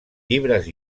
llibres